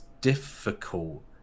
difficult